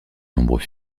nombreux